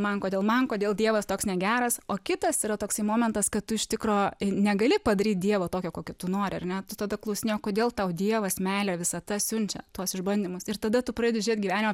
man kodėl man kodėl dievas toks negeras o kitas yra toksai momentas kad tu iš tikro negali padaryt dievo tokio kokio tu nori ar ne tu tada klausinėji kodėl tau dievas meilė visada siunčia tuos išbandymus ir tada tu pradedi žiūrėt gyvenime